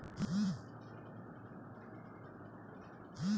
करजा देना कोनो भी बेंक के महत्वपूर्न कारज हरय जेखर ले कोनो बेंक ह बेवसाय करे पाथे